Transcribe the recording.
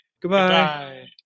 Goodbye